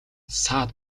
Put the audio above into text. саад